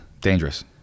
Dangerous